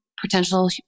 potential